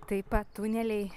taip pat tuneliai